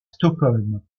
stockholm